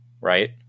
Right